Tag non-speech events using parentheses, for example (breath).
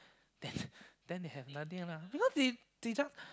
then (breath) then they have nothing lah because they they just